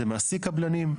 זה מעסיק קבלנים,